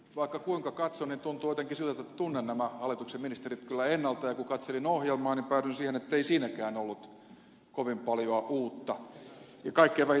vaikka kuinka katson niin tuntuu jotenkin siltä että tunnen nämä hallituksen ministerit kyllä ennalta ja kun katselin ohjelmaa niin päädyin siihen ettei siinäkään ollut kovin paljoa uutta ja kaikkein vähiten konkretiaa